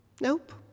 Nope